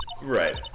Right